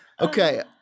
Okay